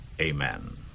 amen